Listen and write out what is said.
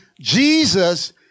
Jesus